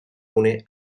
une